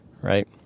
Right